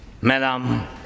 Madam